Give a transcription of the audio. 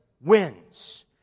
wins